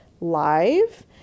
live